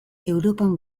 europan